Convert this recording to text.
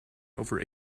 over